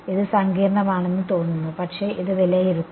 ഇത് സങ്കീർണ്ണമാണെന്ന് തോന്നുന്നു പക്ഷേ ഇത് വിലയിരുത്താം